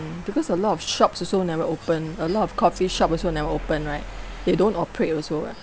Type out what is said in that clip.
because a lot of shops also never open a lot of coffee shop also never open right they don't operate also [what]